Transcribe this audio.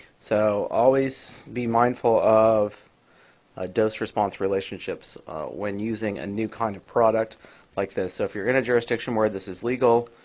so always be mindful of a dose response relationships when using a new kind of product like this. so if you're in a jurisdiction where this is legal,